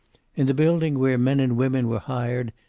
in the building where men and women were hired,